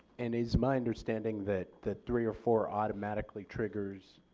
and it's my understanding that that three or four automatically triggers